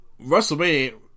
WrestleMania